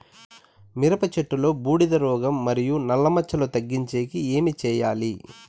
మిరప చెట్టులో బూడిద రోగం మరియు నల్ల మచ్చలు తగ్గించేకి ఏమి చేయాలి?